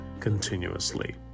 continuously